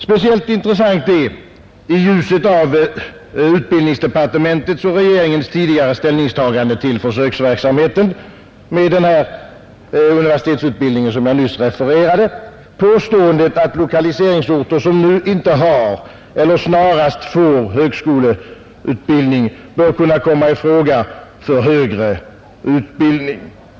Speciellt intressant i ljuset av utbildningsdepartementets och regeringens tidigare ställningstagande till denna försöksverksamhet är påståendet att lokaliseringsorter som nu inte har eller snarast får högskoleutbildning bör kunna komma i fråga för högre utbildning.